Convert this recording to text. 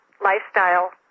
lifestyle